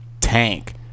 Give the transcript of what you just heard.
tank